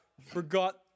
forgot